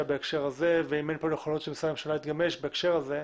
בהקשר הזה ואם אין כאן נכונות של משרדי הממשלה להתגמש בהקשר הזה,